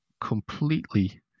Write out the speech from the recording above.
completely